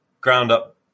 ground-up